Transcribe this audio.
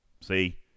See